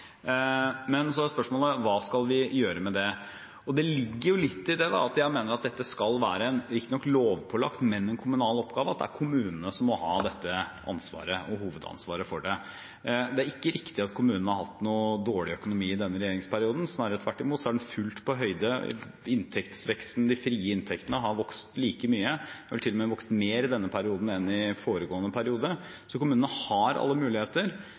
Men så er spørsmålet: Hva skal vi gjøre med det? Det ligger jo litt i det at jeg mener at dette skal være en – riktignok lovpålagt – kommunal oppgave. Det er kommunene som må ha hovedansvaret for det. Det er ikke riktig at kommunene har hatt dårlig økonomi i denne regjeringsperioden. Snarere tvert imot er den fullt på høyde med forrige periode. De frie inntektene har vokst like mye – til og med mer – i denne perioden enn i foregående periode. Så kommunene har alle muligheter